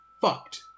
fucked